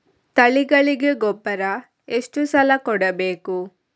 ತಳಿಗಳಿಗೆ ಗೊಬ್ಬರ ಎಷ್ಟು ಸಲ ಕೊಡಬೇಕು?